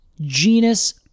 genus